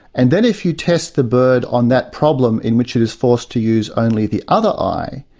and then if you test the bird on that problem in which it is forced to use only the other eye,